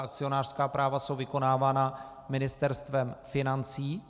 Akcionářská práva jsou vykonávána Ministerstvem financí.